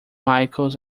michaels